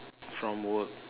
from work